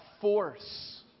force